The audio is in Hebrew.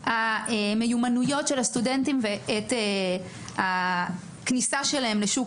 המיומנויות של הסטודנטים ואת הכניסה שלהם לשוק